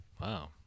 wow